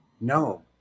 no